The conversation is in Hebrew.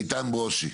איתן ברושי.